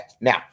Now